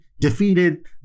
defeated